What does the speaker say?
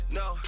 no